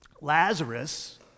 Lazarus